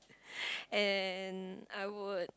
and I would